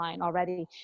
already